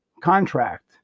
contract